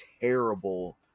terrible